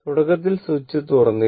തുടക്കത്തിൽ സ്വിച്ച് തുറന്നിരുന്നു